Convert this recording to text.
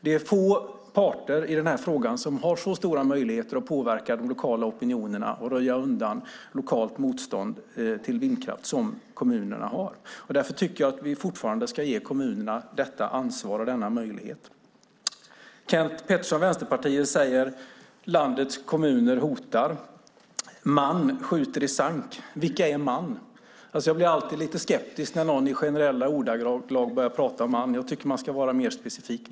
Det är få parter i den här frågan som har så stora möjligheter att påverka de lokala opinionerna och röja undan lokalt motstånd till vindkraft som kommunerna har. Därför tycker jag att vi ska fortsätta att ge kommunerna detta ansvar och denna möjlighet. Kent Pettersson, Vänsterpartiet, säger att landets kommuner hotar, att man skjuter i sank. Vilka är man? Jag blir alltid lite skeptisk när någon i generella ordalag börjar prata om man. Jag tycker att man ska vara mer specifik.